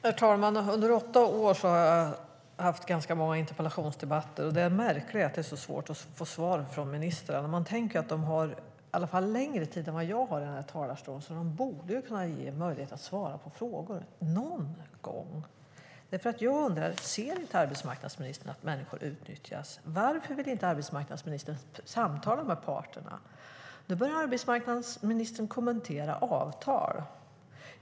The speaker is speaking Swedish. Herr talman! Under åtta år har jag haft ganska många interpellationsdebatter, och det är märkligt att det är så svårt att få svar från ministrarna. De har längre tid än jag i talarstolen, så de borde väl åtminstone någon gång kunna svara på frågorna. Ser inte arbetsmarknadsministern att människor utnyttjas? Varför vill inte arbetsmarknadsministern samtala med parterna? Nu börjar arbetsmarknadsministern kommentera avtal.